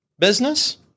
business